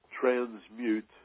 transmute